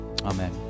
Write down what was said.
Amen